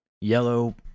yellow